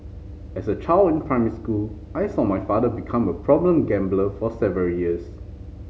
as a child in primary school I saw my father become a problem gambler for several years